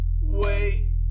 Wait